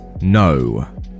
no